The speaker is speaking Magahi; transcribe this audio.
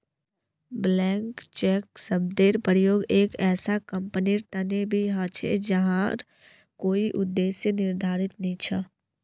ब्लैंक चेक शब्देर प्रयोग एक ऐसा कंपनीर तने भी ह छे जहार कोई उद्देश्य निर्धारित नी छ